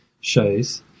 shows